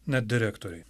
net direktoriai